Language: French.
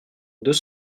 deux